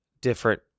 different